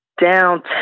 downtown